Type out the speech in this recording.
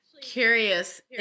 curious